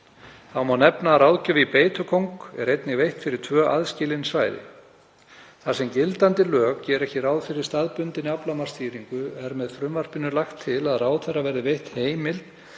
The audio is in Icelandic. Þá má nefna að ráðgjöf fyrir beitukóng er einnig veitt fyrir tvö aðskilin svæði. Þar sem gildandi lög gera ekki ráð fyrir staðbundinni aflamarksstýringu er með frumvarpinu lagt til að ráðherra verði veitt heimild